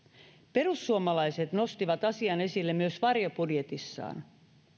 perussuomalaiset nostivat asian esille myös varjobudjetissaan